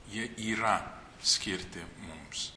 jie yra skirti mums